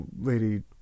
lady